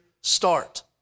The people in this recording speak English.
start